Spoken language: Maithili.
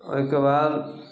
ओइके बाद